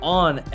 on